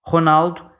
Ronaldo